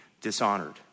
dishonored